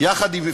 יחד עם יפעת,